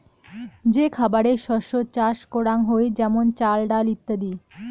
যে খাবারের শস্য চাষ করাঙ হই যেমন চাল, ডাল ইত্যাদি